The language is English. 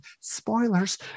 spoilers